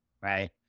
right